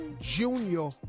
Junior